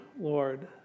Lord